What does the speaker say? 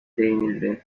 değinildi